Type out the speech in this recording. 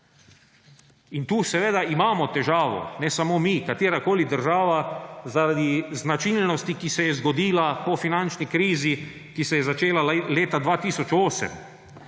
In tu seveda imamo težavo – ne samo mi, katerakoli država – zaradi značilnosti, ki se je zgodila po finančni krizi, ki se je začela leta 2008.